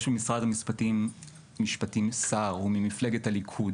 יש במשרד המשפטים שר, הוא ממפלגת הליכוד